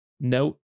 note